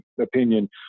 opinion